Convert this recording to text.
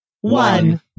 one